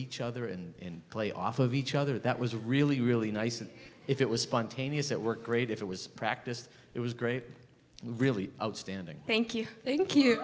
each other and play off of each other that was a really really nice and if it was spontaneous it worked great if it was practiced it was great really outstanding thank you thank you